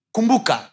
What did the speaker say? Kumbuka